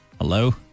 Hello